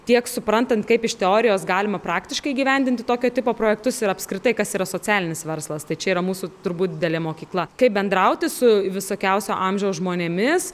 tiek suprantant kaip iš teorijos galima praktiškai įgyvendinti tokio tipo projektus ir apskritai kas yra socialinis verslas tai čia yra mūsų turbūt didelė mokykla kaip bendrauti su visokiausio amžiaus žmonėmis